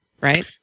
right